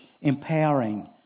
empowering